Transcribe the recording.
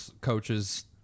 coaches